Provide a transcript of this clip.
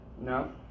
No